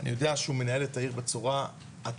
אני יודע שהוא מנהל את העיר בצורה הטובה